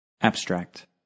Abstract